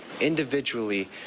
individually